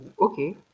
okay